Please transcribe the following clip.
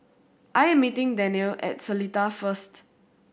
I am meeting Daniele at Seletar first